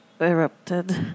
erupted